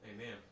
Amen